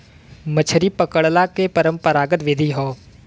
मछरी पकड़ला के परंपरागत विधि हौ